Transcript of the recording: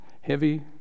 Heavy